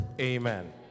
Amen